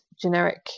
generic